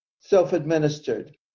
self-administered